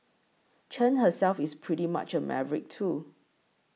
Chen herself is pretty much a maverick too